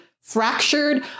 fractured